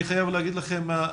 אני חייב להגיד לכם,